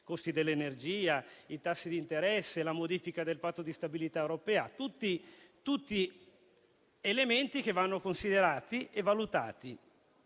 costi dell'energia, i tassi d'interesse, la modifica del Patto di stabilità europea, tutti elementi che vanno considerati e valutati.